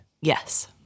Yes